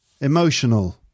Emotional